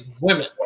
women